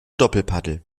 doppelpaddel